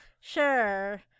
Sure